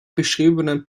beschriebenen